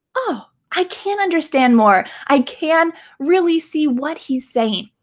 oh i can understand more, i can really see what he's saying.